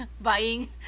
buying